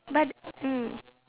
but mm